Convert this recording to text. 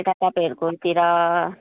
अन्त तपाईँहरूकोतिर